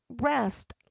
rest